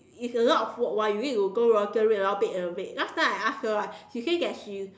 it's a lot of work [one] you need to go roster wait and wait last time I asked her right she said that she